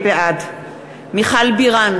בעד מיכל בירן,